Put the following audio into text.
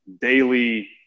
daily